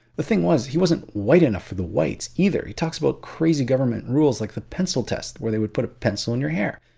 the thing was he wasn't white enough for the whites either he talks about crazy government rules like the pencil test where they would put a pencil in your hair.